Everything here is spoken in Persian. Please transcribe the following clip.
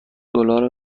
دلار